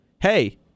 hey